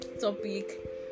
topic